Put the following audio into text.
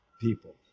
people